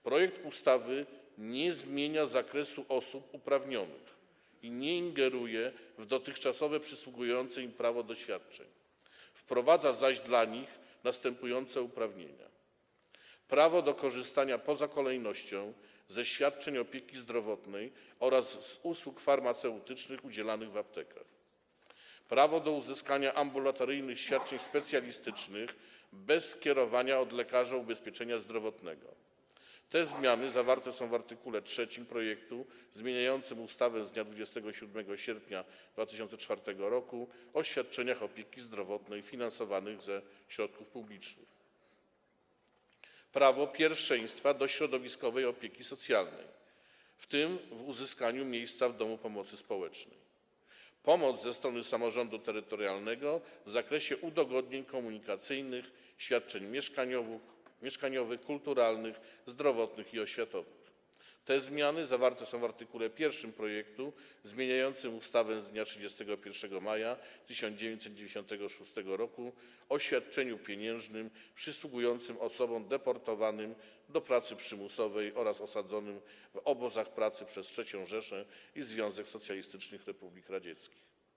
Projekt ustawy nie zmienia kręgu osób uprawnionych ani nie ingeruje w dotychczasowe przysługujące im prawo do świadczeń, wprowadza zaś dla nich następujące uprawnienia: prawo do korzystania poza kolejnością ze świadczeń opieki zdrowotnej oraz z usług farmaceutycznych udzielanych w aptekach, prawo do uzyskania ambulatoryjnych świadczeń specjalistycznych bez skierowania od lekarza ubezpieczenia zdrowotnego - te zmiany zawarte są w art. 3 projektu zmieniającym ustawę z dnia 27 sierpnia 2004 r. o świadczeniach opieki zdrowotnej finansowanych ze środków publicznych, prawo pierwszeństwa do środowiskowej opieki socjalnej, w tym do uzyskania miejsca w domu pomocy społecznej, prawo do pomocy ze strony samorządu terytorialnego w zakresie udogodnień komunikacyjnych, świadczeń mieszkaniowych, kulturalnych, zdrowotnych i oświatowych - te zmiany zawarte są w art. 1 projektu zmieniającym ustawę z dnia 31 maja 1996 r. o świadczeniu pieniężnym przysługującym osobom deportowanym do pracy przymusowej oraz osadzonym w obozach pracy przez III Rzeszę i Związek Socjalistycznych Republik Radzieckich.